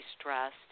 stressed